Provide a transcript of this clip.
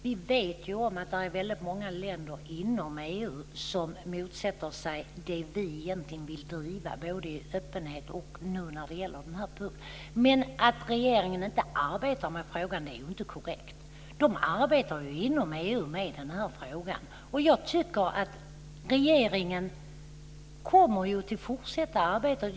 Fru talman! Det finns många länder inom EU som motsätter sig det som vi vill driva både när det gäller öppenheten och på den här punkten. Det är dock inte korrekt att regeringen inte arbetar med den här frågan. Den arbetar ju inom EU med den.